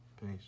Peace